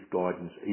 guidance